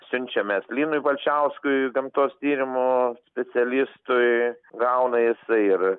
siunčiam mes linui balčiauskiui gamtos tyrimų specialistui gauna jisai ir